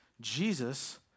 Jesus